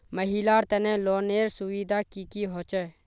महिलार तने लोनेर सुविधा की की होचे?